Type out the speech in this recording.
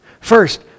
First